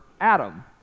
Adam